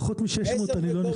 פחות מ-600 אני לא נכנס.